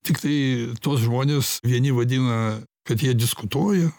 tiktai tuos žmones vieni vadina kad jie diskutuoja